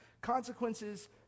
Consequences